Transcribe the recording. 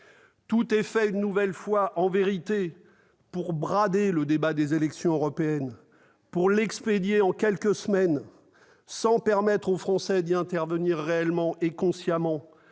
tout est fait une nouvelle fois pour brader le débat des élections européennes, pour l'expédier en quelques semaines sans permettre aux Français d'y intervenir réellement et consciemment,